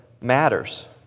matters